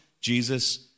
Jesus